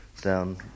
down